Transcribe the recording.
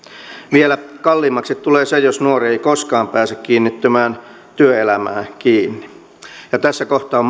vielä kalliimmaksi tulee se jos nuori ei koskaan pääse kiinnittymään työelämään ja tässä kohtaa on